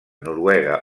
noruega